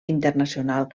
internacional